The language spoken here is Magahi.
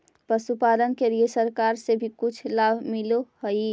पशुपालन के लिए सरकार से भी कुछ लाभ मिलै हई?